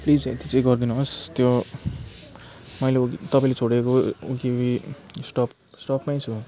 please यति चाहिँ गरिदिनु होस् त्यो मैले तपाईँले छोडेको ती स्टप स्टपमै छ